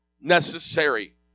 necessary